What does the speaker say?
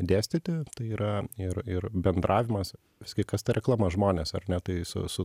dėstyti tai yra ir ir bendravimas visgi kas ta reklama žmonės ar ne tai su su